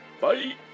Bye